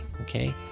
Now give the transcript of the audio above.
okay